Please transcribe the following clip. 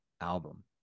album